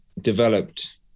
developed